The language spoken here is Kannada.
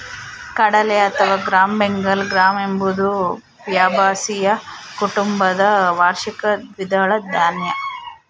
ಕಡಲೆ ಅಥವಾ ಗ್ರಾಂ ಬೆಂಗಾಲ್ ಗ್ರಾಂ ಎಂಬುದು ಫ್ಯಾಬಾಸಿಯ ಕುಟುಂಬದ ವಾರ್ಷಿಕ ದ್ವಿದಳ ಧಾನ್ಯ